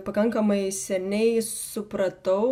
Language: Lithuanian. pakankamai seniai supratau